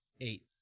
Eight